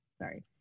sorry